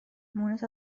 مونس